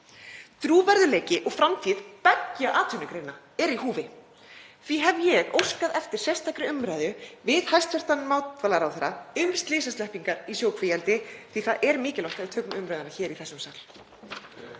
Trúverðugleiki og framtíð beggja atvinnugreina er í húfi. Því hef ég óskað eftir sérstakri umræðu við hæstv. matvælaráðherra um slysasleppingar í sjókvíaeldi því að það er mikilvægt að við tökum umræðuna hér í þessum sal.